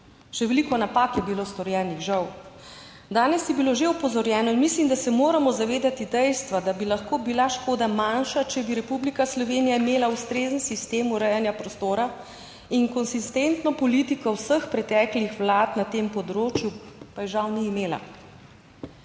Še veliko napak je bilo storjenih žal. Danes je bilo že opozorjeno in mislim, da se moramo zavedati dejstva, da bi lahko bila škoda manjša, če bi Republika Slovenija imela ustrezen sistem urejanja prostora in konsistentno politiko vseh preteklih vlad na tem področju, pa je žal ni imela.